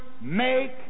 make